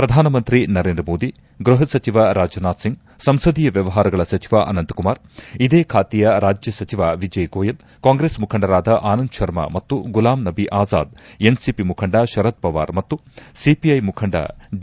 ಪ್ರಧಾನಮಂತ್ರಿ ನರೇಂದ್ರ ಮೋದಿ ಗೃಹಸಚಿವ ರಾಜನಾಥ್ ಸಿಂಗ್ ಸಂಸದೀಯ ವ್ಚವಹಾರಗಳ ಸಚಿವ ಅನಂತಕುಮಾರ್ ಇದೇ ಖಾತೆಯ ರಾಜ್ಯ ಸಚಿವ ವಿಜಯ್ ಗೋಯಲ್ ಕಾಂಗ್ರೆಸ್ ಮುಖಂಡರಾದ ಆನಂದ್ ಶರ್ಮಾ ಮತ್ತು ಗುಲಾಮ್ ನಬಿ ಆಜಾದ್ ಎನ್ಸಿಪಿ ಮುಖಂಡ ಶರದ್ ಪವಾರ್ ಮತ್ತು ಸಿಪಿಐ ಮುಖಂಡ ಡಿ